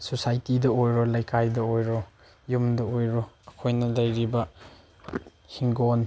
ꯁꯣꯁꯥꯏꯇꯤꯗ ꯑꯣꯏꯔꯣ ꯂꯩꯀꯥꯏꯗ ꯑꯣꯏꯔꯣ ꯌꯨꯝꯗ ꯑꯣꯏꯔꯣ ꯑꯩꯈꯣꯏꯅ ꯂꯩꯔꯤꯕ ꯏꯪꯈꯣꯜ